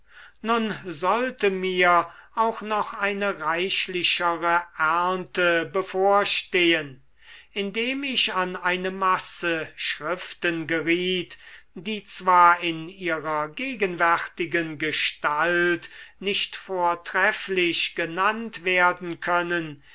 nun sollte mir auch noch eine reichlichere ernte bevorstehen indem ich an eine masse schriften geriet die zwar in ihrer gegenwärtigen gestalt nicht vortrefflich genannt werden können